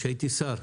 ידידי, כשהייתי שר,